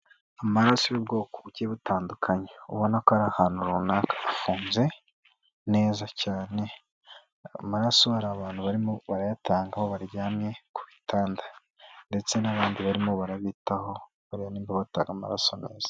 Amaraso y'ubwoko bugiye butandukanye, ubona ko ari ahantu runaka hafunze neza cyane, amaraso hari abantu barimo barayatanga aho baryamye ku bitanda ndetse n'abandi barimo barabitaho bareba niba batanga amaraso neza.